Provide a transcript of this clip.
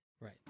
Right